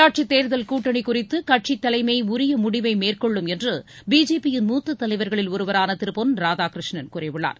உள்ளாட்சித் தேர்தல் கூட்டணி குறித்து கட்சித் தலைமை உரிய முடிவை மேற்கொள்ளும் என்று பிஜேபி யின் மூத்தத் தலைவர்களில் ஒருவரான திரு பொன் ராதாகிருஷ்ணன் கூறியுள்ளார்